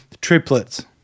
triplets